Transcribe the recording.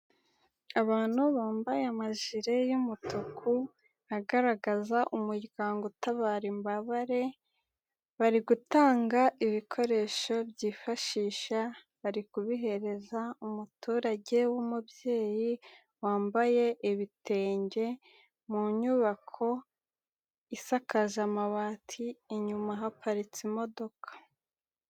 Abantu bambaye amajire y'umutuku agaragaza umuryango utabara imbabare, bari gutanga ibikoresho byifashisha, bari kubihereza umuturage w'umubyeyi wambaye ibitenge, mu nyubako isakaza amabati inyuma haparitse imodoka.